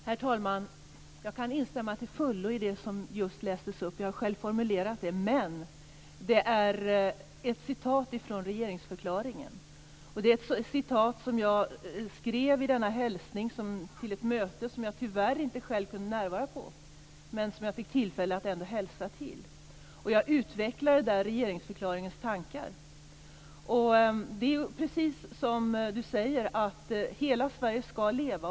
Herr talman! Jag kan instämma till fullo i det som just lästes upp. Jag har själv formulerat det. Det är ett citat från regeringsförklaringen. Citatet skrev jag i denna hälsning till ett möte som jag själv tyvärr inte kunde närvara på, men som jag fick tillfälle att hälsa till. Jag utvecklade där regeringsförklaringens tankar. Det är precis som Sven Bergström säger, att hela Sverige skall leva.